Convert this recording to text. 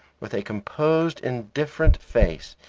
with a composed indifferent face,